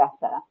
better